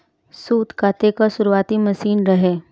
सूत काते कअ शुरुआती मशीन रहे